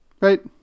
Right